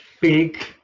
big